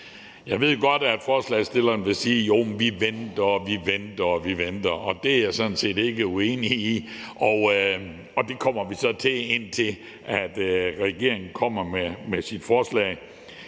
Jeg ved godt, at man fra forslagsstillernes side vil sige, at man venter og man venter, og det er jeg sådan set ikke uenig i, og det kommer vi så også til, indtil regeringen kommer med sit forslag.